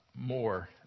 more